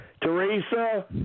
Teresa